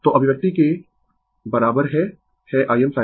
तो अभिव्यक्ति के बराबर है है Im sinθ